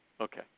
Okay